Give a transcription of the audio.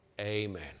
Amen